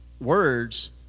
words